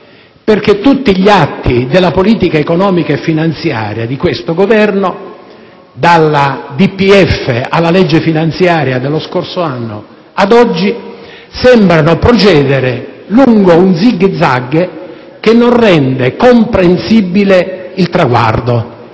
tutti gli atti di politica economica e finanziaria di questo Governo, dal DPEF alla legge finanziaria dello scorso anno, ad oggi, sembrano procedere lungo uno zig-zag che non rende comprensibile il traguardo.